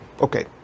okay